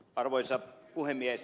arvoisa puhemies